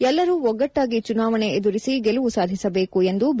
ಎಲ್ಲರೂ ಒಗ್ಗಟ್ಟಾಗಿ ಚುನಾವಣೆ ಎದುರಿಸಿ ಗೆಲುವು ಸಾಧಿಸಬೇಕು ಎಂದು ಬಿ